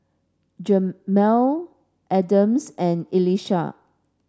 Jermey Adams and Elisha